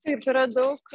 taip yra daug